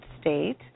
state